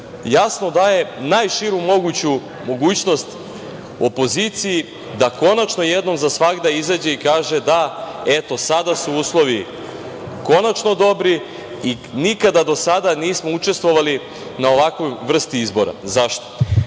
jasno daje najširu moguću mogućnost opoziciji da konačno, jednom za svagda, izađe i kaže – da, eto, sada su uslovi konačno dobri i nikada do sada nismo učestvovali na ovakvoj vrsti izbora.Zašto?